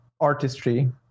artistry